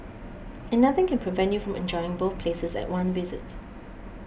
and nothing can prevent you from enjoying both places at one visit